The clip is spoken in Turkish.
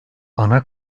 ana